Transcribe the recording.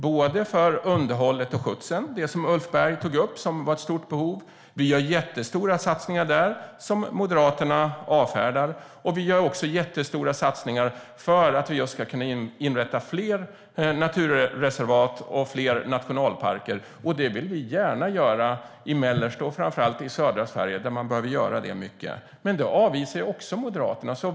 Vi gör jättestora satsningar på underhållet och skötseln, vilket Ulf Berg tog upp finns ett stort behov av. Men de satsningarna avfärdar Moderaterna. Vi gör också jättestora satsningar för att kunna inrätta just fler naturreservat och fler nationalparker. Och det vill vi gärna göra i mellersta och framför allt södra Sverige där det finns stort behov av det. Men också det avvisar Moderaterna.